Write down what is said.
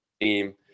team